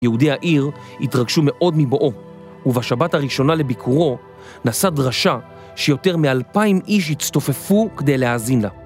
יהודי העיר התרגשו מאוד מבואו ובשבת הראשונה לביקורו נשא דרשה שיותר מאלפיים איש הצטופפו כדי להזין לה